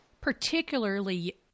Particularly